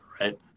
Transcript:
right